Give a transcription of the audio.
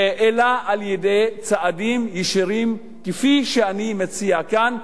אלא על-ידי צעדים ישירים כפי שאני מציע כאן.